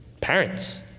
parents